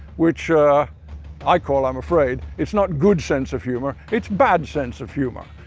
which i call, i'm afraid, it's not good sense of humour, it's bad sense of humour!